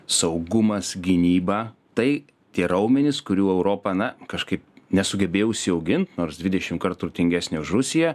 saugumas gynyba tai tie raumenys kurių europa na kažkaip nesugebėjo užsiaugint nors dvidešimkart turtingesnė rusija